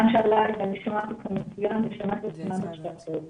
לא שומעים כל כך טוב.